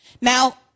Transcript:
now